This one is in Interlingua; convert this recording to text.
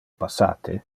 passate